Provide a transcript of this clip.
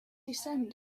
descended